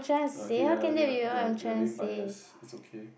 okay ya ya their their being biased is okay